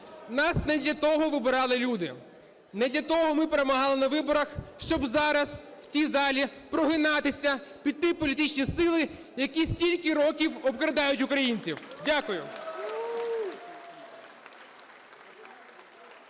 Нас не для того вибирали люди, не для того ми перемагали на виборах, щоб зараз в цій залі прогинатися під ті політичні сили, які стільки років обкрадають українців. Дякую.